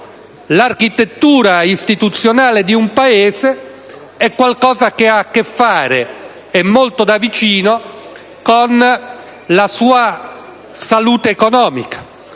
l'architettura istituzionale di un Paese abbia a che fare, molto da presso, con la sua salute economica.